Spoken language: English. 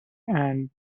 and